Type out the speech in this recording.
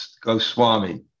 Goswami